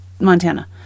Montana